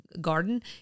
garden